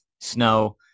snow